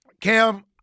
Cam